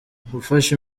gufasha